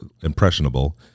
impressionable